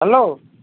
hello